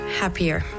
happier